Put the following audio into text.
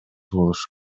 болушу